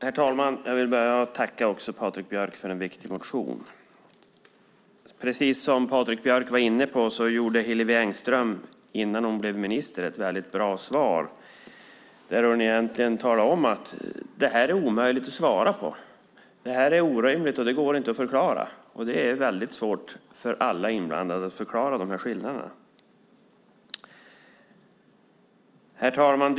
Herr talman! Jag vill börja med att tacka Patrik Björck för en viktig interpellation. Precis som Patrik Björck var inne på gav Hillevi Engström innan hon blev minister ett väldigt bra svar när hon talade om att det här är omöjligt att svara på. Det här är orimligt, och det går inte att förklara. Det är också väldigt svårt för alla inblandade att förklara de här skillnaderna. Herr talman!